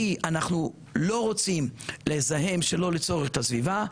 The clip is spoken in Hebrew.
כי אנחנו לא רוצים לזהם שלא לצורך את הסביבה,